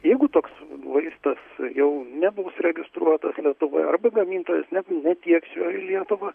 jeigu toks vaistas jau nebus registruotas lietuvoj arba gamintojas netieks jo į lietuvą